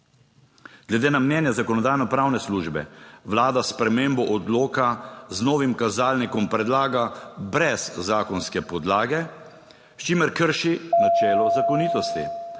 Glede na mnenje Zakonodajno-pravne službe vlada spremembo odloka z novim kazalnikom predlaga brez zakonske podlage, s čimer krši načelo zakonitosti.